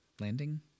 landing